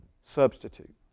substitute